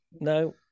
no